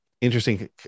interesting